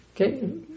Okay